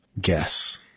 guess